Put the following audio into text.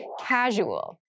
Casual